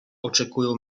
oczekują